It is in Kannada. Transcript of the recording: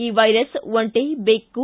ಈ ವೈರಸ್ ಒಂಟೆ ಬೆಕ್ಕು